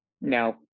No